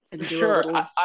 Sure